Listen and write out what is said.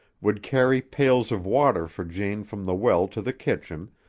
would carry pails of water for jane from the well to the kitchen,